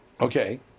Okay